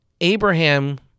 Abraham